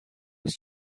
was